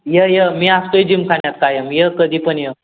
ये ये मी असतोय जिमखान्यात कायम ये कधी पण ये